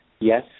Yes